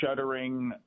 shuttering